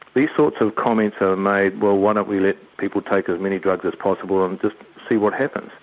these sorts of comments are made, well why don't we let people take as many drugs as possible and just see what happens?